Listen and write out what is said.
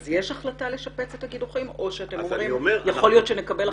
יש החלטה לשפץ את הקידוחים או שאתם אומרים שיכול להיות שתקבלו